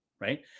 right